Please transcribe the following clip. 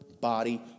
body